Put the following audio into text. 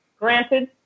granted